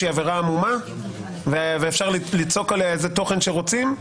שהיא עבירה עמומה ואפשר ליצוק עליה איזה תוכן שרוצים,